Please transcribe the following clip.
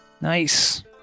Nice